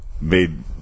made